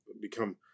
become